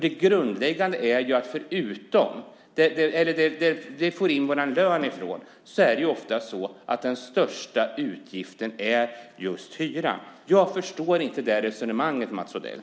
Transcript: Det grundläggande är att den största utgiften ofta är just hyran. Jag förstår inte resonemanget, Mats Odell.